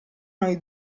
noi